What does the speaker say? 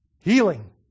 Healing